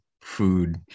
food